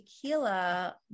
tequila